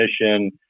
mission